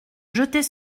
jetez